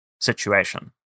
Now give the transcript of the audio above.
situation